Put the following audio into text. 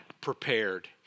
prepared